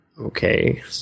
Okay